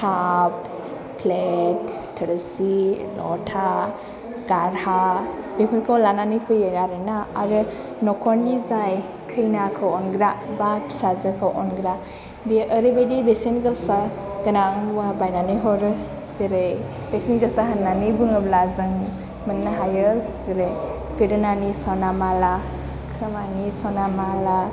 काप plate थोरसि लथा गारहा बेफोरखौ लानानै फैयो आरो ना आरो नखरनि जाय खैनाखौ अनग्रा बा फिसाजोखौ अनग्रा बे ओरैबायदि बेसेन गोसा गोनां मुवा बायनानै हरो जेरै बेसेन गोसा होननानै बुङोब्ला जों मोननो हायो जेरै गोदोनानि सना माला खोमानि सना माला